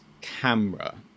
camera